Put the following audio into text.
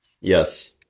Yes